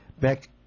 back